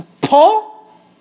Paul